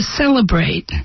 celebrate